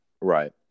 Right